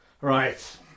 Right